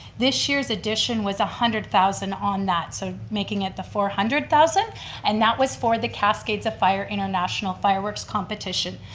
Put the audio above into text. this year's addition was one hundred thousand on that, so making it the four hundred thousand and that was for the cascades of fire international fireworks competition.